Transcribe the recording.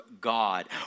God